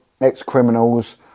ex-criminals